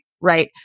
right